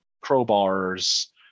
crowbars